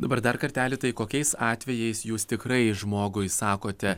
dabar dar kartelį tai kokiais atvejais jus tikrai žmogui sakote